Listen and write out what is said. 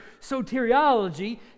soteriology